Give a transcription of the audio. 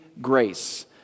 Grace